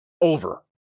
Over